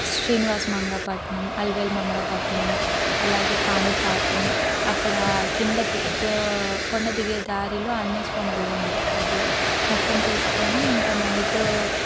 శ్రీనివాస్ మంగపట్నం అలివేలు మంగపట్నం అలాగే కాణిపాకం అక్కడ కిందకు కొండ దిగే దారిలో ఆంజనేయస్వామి గుడుంది అది మొత్తం చూసుకొని ఇంక నైటు